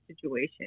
situation